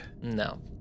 No